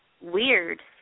weird